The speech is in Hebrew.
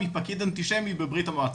מפקיד אנטישמי מבריה"מ,